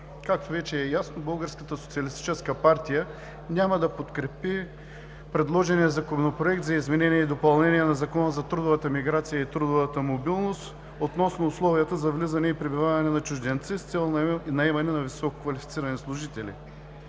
Както вече е ясно, Българската социалистическа партия няма да подкрепи предложения Законопроект за изменение и допълнение на Закона за трудовата миграция и трудовата мобилност относно условията за влизане и пребиваване на чужденци с цел наемане на висококвалифицирани служители.